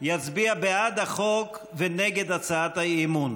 יצביע בעד החוק ונגד הצעת האי-אמון.